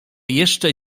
jeszcze